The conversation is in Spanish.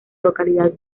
localidad